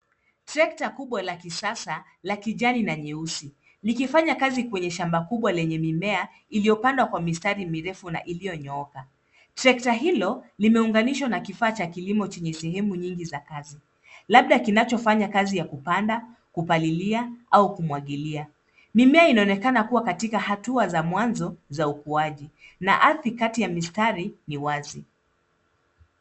Trekta kubwa la kisasa la kijani na nyeusi, likifanya kazi kwenye shamba kubwa lenye mimea iliyopandwa kwa mistari mirefu na iliyonyooka. Trekta hilo limeunganishwa na kifaa cha kilimo chenye sehemu nyingi za kazi, labda kinachofanya kazi ya kupanda, kupalilia au kumwagilia. Mimea inaonekana kuwa katika hatua za mwanzo za ukuaji na ardhi kati ya mistari ni wazi.